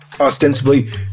ostensibly